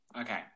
okay